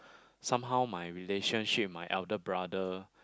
somehow my relationship with my elder brother